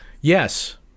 Yes